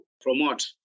promote